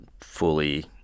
fully